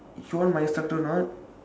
if you want my instructor or not